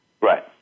Right